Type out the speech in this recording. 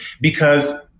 because-